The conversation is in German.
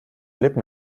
lippen